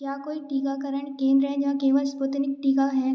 क्या कोई टीकाकरण केंद्र है जहाँ केवल स्पुतनिक टीका है